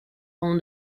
own